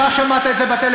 אתה שמעת את זה בטלפון,